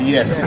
Yes